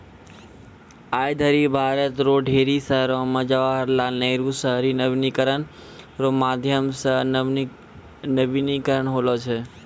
आय धरि भारत रो ढेरी शहरो मे जवाहर लाल नेहरू शहरी नवीनीकरण रो माध्यम से नवीनीकरण होलौ छै